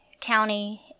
county